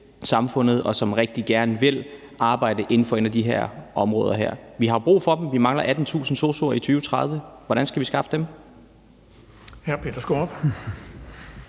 samfundet, og som rigtig gerne vil arbejde inden for et af de her områder. Vi har brug for dem. Vi mangler 18.000 sosu'er i 2030 – hvordan skal vi skaffe dem? Kl. 18:44 Den